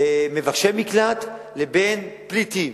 מבקשי מקלט לבין פליטים.